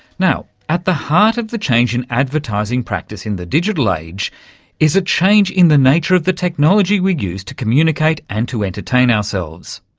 now, at the heart of the change in advertising practice in the digital age is a change in the nature of the technology we use to communicate and to entertain ourselves.